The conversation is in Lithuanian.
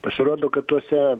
pasirodo kad tuose